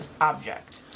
object